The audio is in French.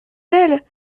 elle